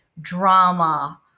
drama